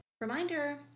Reminder